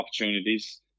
opportunities